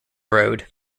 road